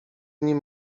nim